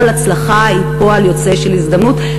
כל הצלחה היא פועל יוצא של הזדמנות,